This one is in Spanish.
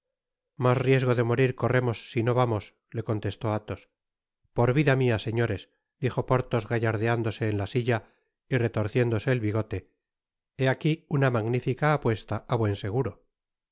mas riesgo de morir corremos si no vamos le contestó athos por vida mia señores dijo porthos gal lardeándose en la silla y retorciéndose el bigote hé aqui una magnifica apuesta á buen seguro la